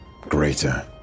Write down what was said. greater